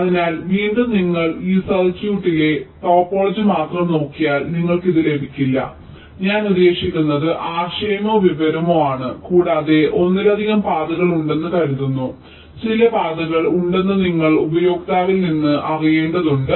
അതിനാൽ വീണ്ടും നിങ്ങൾ ഈ സർക്യൂട്ടിലെ ടോപ്പോളജി മാത്രം നോക്കിയാൽ നിങ്ങൾക്ക് ഇത് ലഭിക്കില്ല ഞാൻ ഉദ്ദേശിക്കുന്നത് ആശയമോ വിവരമോ ആണ് കൂടാതെ ഒന്നിലധികം പാതകൾ ഉണ്ടെന്ന് കരുതുന്ന ചില പാതകൾ ഉണ്ടെന്ന് നിങ്ങൾ ഉപയോക്താവിൽ നിന്ന് അറിയേണ്ടതുണ്ട്